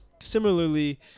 similarly